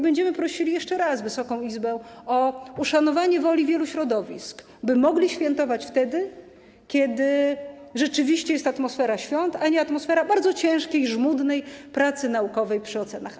Będziemy jeszcze raz prosili Wysoką Izbę o uszanowanie woli wielu środowisk, by mogły świętować wtedy, kiedy rzeczywiście jest atmosfera świąt, a nie atmosfera bardzo ciężkiej, żmudnej pracy naukowej przy ocenach.